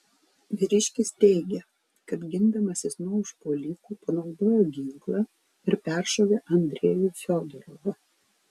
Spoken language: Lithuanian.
vyriškis teigė kad gindamasis nuo užpuolikų panaudojo ginklą ir peršovė andrejų fiodorovą